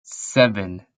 seven